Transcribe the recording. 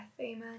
Amen